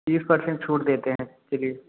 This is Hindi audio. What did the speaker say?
बीस परसेंट छूट देते हैं चलिए